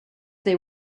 they